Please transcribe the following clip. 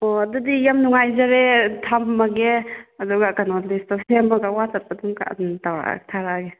ꯑꯣ ꯑꯗꯨꯗꯤ ꯌꯥꯝ ꯅꯨꯡꯉꯥꯏꯖꯔꯦ ꯊꯝꯃꯒꯦ ꯑꯗꯨꯒ ꯀꯩꯅꯣ ꯂꯤꯁꯇꯣ ꯁꯦꯝꯃꯒ ꯋꯥꯠꯆꯞꯇ ꯑꯗꯨꯝ ꯑꯗꯨꯝ ꯊꯥꯔꯛꯑꯒꯦ